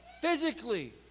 physically